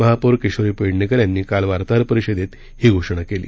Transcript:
महापौर किशोरी पेडणेकर यांनी काल वार्ताहर परिषदेत ही घोषणा केली